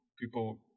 people